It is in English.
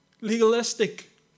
Legalistic